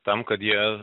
tam kad jie